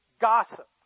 gossip